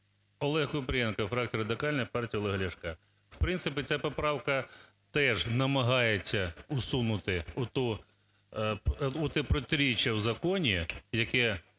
ОлегКупрієнко, фракція Радикальної партії Олега Ляшка. В принципі ця поправка теж намагається усунути те протиріччя в законі, яке